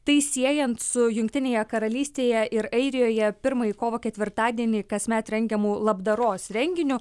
tai siejant su jungtinėje karalystėje ir airijoje pirmąjį kovo ketvirtadienį kasmet rengiamu labdaros renginiu